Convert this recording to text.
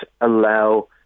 allow